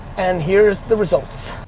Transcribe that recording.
and here's the results.